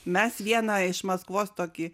mes vieną iš maskvos tokį